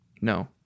No